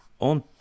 On